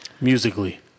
Musically